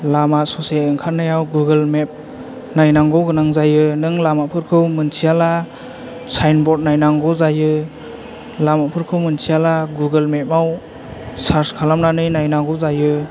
लामा ससे ओंखारनायाव गुगल मेप नायनांगौ गोनां जायो नों लामाफोरखौ मिन्थियाब्ला साइनबर्द नायनांगौ जायो लामाफोरखौ मोनथियाब्ला गुगल मेपआव सार्स खालामनानै नायनांगौ जायो